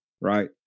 right